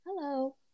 Hello